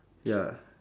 ya